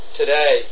today